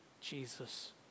Jesus